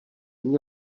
mně